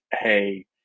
hey